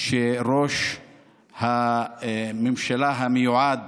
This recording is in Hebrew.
שראש הממשלה המיועד